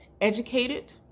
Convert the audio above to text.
educated